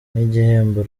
nk’igihembo